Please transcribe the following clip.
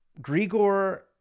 Grigor